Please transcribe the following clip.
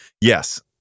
yes